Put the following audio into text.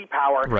power